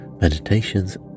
meditations